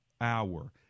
hour